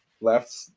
left